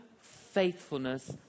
faithfulness